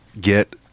get